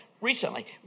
recently